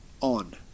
on